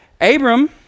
Abram